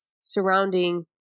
surrounding